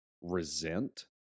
resent